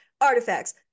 Artifacts